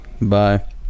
bye